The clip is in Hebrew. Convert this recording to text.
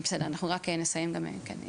אז